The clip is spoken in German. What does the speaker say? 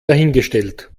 dahingestellt